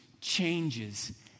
changes